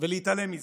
ולהתעלם מזה.